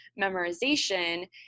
memorization